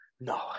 No